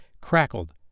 crackled